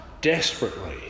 desperately